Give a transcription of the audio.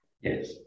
Yes